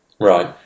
right